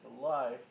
life